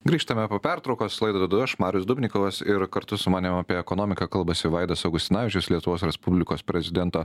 grįžtame po pertraukos laidą vedu aš marius dubnikovas ir kartu su manim apie ekonomiką kalbasi vaidas augustinavičius lietuvos respublikos prezidento